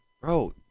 Bro